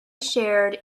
shared